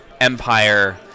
Empire